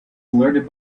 alerted